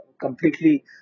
completely